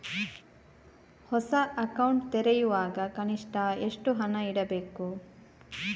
ಹೊಸ ಅಕೌಂಟ್ ತೆರೆಯುವಾಗ ಕನಿಷ್ಠ ಎಷ್ಟು ಹಣ ಇಡಬೇಕು?